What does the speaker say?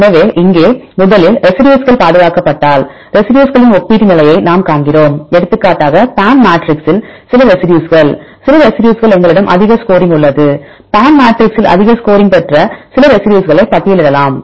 எனவே இங்கே முதலில் ரெசிடியூஸ்கள் பாதுகாக்கப்பட்டால் ரெசிடியூஸ்களின் ஒப்பீட்டு நிலையை நாம் காண்கிறோம் எடுத்துக்காட்டாக PAM மேட்ரிக்ஸில் சில ரெசிடியூஸ்கள் சில ரெசிடியூஸ்களுக்கு எங்களிடம் அதிக ஸ்கோரிங் உள்ளது PAM மேட்ரிக்ஸில் அதிக ஸ்கோரிங் பெற்ற சில ரெசிடியூஸ்களை பட்டியலிடலாம்